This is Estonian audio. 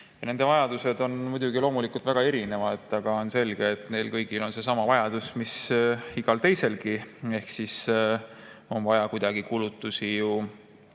Nende vajadused on muidugi loomulikult väga erinevad, aga on selge, et neil kõigil on seesama vajadus mis igal teiselgi, ehk on vaja kuidagi kulutusi